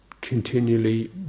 continually